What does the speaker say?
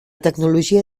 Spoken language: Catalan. tecnologia